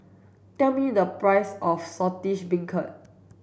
tell me the price of saltish beancurd